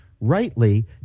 rightly